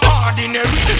ordinary